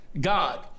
God